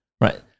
right